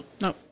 No